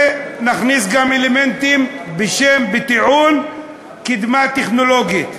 ונכניס גם אלמנטים בטיעון "קדמה טכנולוגית".